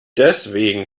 deswegen